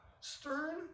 stern